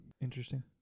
Interesting